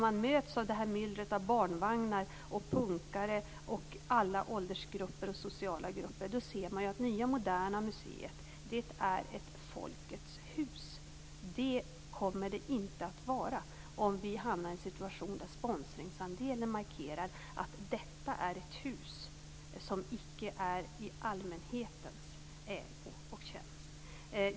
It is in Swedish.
Man möts av ett myller av barnvagnar och punkare, av alla åldersgrupper och sociala grupper. Då ser man att nya Moderna museet är ett folkets hus. Det kommer det inte att vara om vi hamnar i en situation där sponsringsandelen markerar att detta är ett hus om icke är i allmänhetens ägo och tjänst.